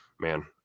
man